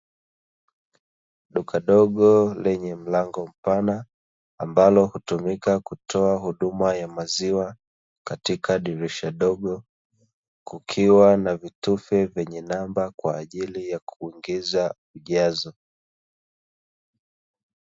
Duka dogo lenye mlango mpana, ambalo hutumika kutoa huduma ya maziwa, katika dirisha dogo kukiwa na vitufe vyenye namba kwa ajili ya kuingiza ujazo.